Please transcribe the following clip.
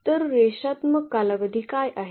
तर रेषात्मक कालावधी काय आहे